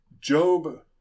Job